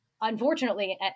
unfortunately